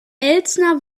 elsner